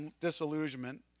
disillusionment